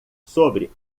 sobre